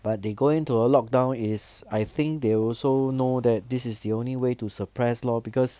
but they go into a lockdown is I think they also know that this is the only way to suppress lor because